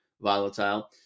volatile